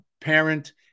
parent